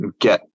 get